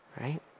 Right